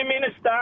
minister